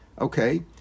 Okay